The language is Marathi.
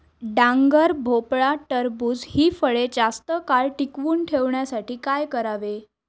डांगर, भोपळा, टरबूज हि फळे जास्त काळ टिकवून ठेवण्यासाठी काय करावे?